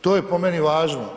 To je po meni važno.